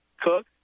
cook